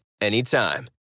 anytime